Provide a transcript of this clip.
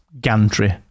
gantry